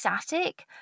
static